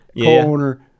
co-owner